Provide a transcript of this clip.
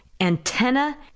antenna